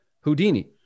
Houdini